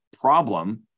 problem